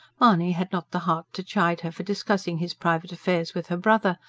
mahony had not the heart to chide her for discussing his private affairs with her brother.